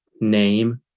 name